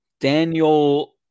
Daniel